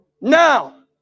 now